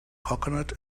coconut